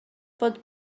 bod